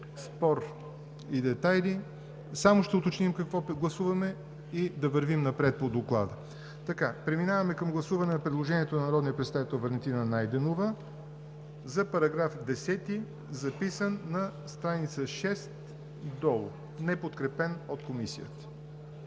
спор и детайли, само ще уточним какво гласуваме и да вървим напред по доклада. Преминаваме към гласуване на предложението на народния представител Валентина Найденова за § 10, записан на страница 6 долу, неподкрепен от Комисията.